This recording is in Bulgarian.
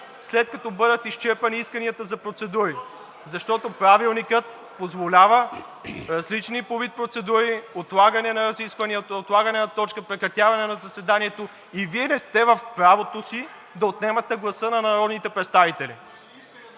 пред трибуната): Точно така! МИРОСЛАВ ИВАНОВ: Защото Правилникът позволява различни по вид процедури, отлагане на разискванията, отлагане на точка, прекратяване на заседание и Вие не сте в правото си да отнемате гласа на народните представители.